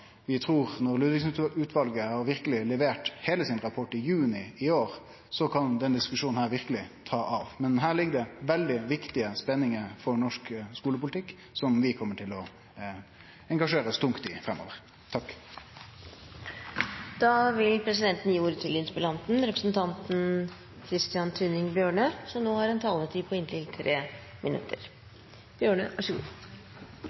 Vi trur at når Ludvigsen-utvalet har levert heile rapporten sin i juni i år, kan denne diskusjonen verkeleg ta av. Men her ligg det veldig viktige spenningar for norsk skulepolitikk som vi kjem til å engasjere oss tungt i framover. Jeg vil også takke deltakerne i debatten. Jeg synes de på en fin måte har